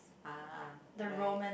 ah right